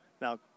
Now